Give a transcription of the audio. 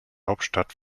hauptstadt